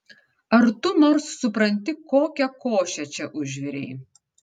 ar tu nors supranti kokią košę čia užvirei